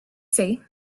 say